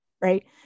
right